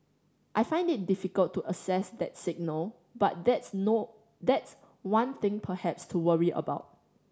I find it difficult to assess that signal but that's no that's one thing perhaps to worry about